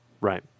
Right